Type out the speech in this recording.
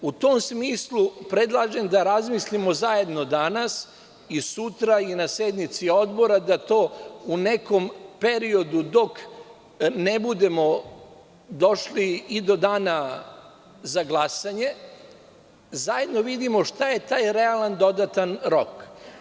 U tom smislu predlažem da razmislimo zajedno danas i sutra i na sednici Odbora, da to u nekom periodu dok ne budemo došli i do dana za glasanje, zajedno vidimo šta je taj realan dodatan rok.